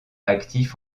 actif